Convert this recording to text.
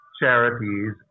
charities